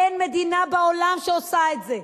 אין מדינה בעולם שעושה את זה.